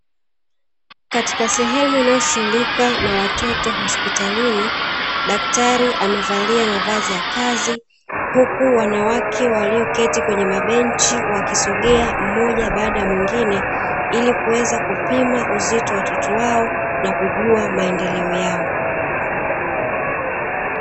Katika sehemu inayoshughuika na watoto hosipitalini, daktari amevalia mavazi ya kazi huku wanawake walioketi kwenye mabenchi wakisogea mmoja baada ya mwingine ilikuweza kupima uzito watoto wao nakujua maendeleo yao.